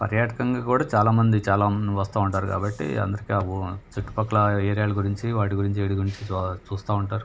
పర్యాటకంగా కూడా చాలామంది చాలా వస్తూ ఉంటారు కాబట్టి అందరికీ అ చుట్టుపక్కల ఏరియాాల గురించి వాటి గురించి వీటి గురించి చ చూస్తూ ఉంటారు